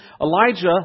Elijah